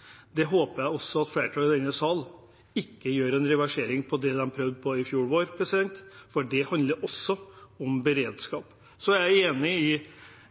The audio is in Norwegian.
det, og ikke gå til kamp mot det. Det håper jeg også at flertallet i denne sal ikke gjør en reversering av, slik de prøvde i fjor vår. For det handler også om beredskap. Jeg er enig med